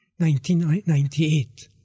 1998